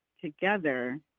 together